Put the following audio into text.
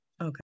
Okay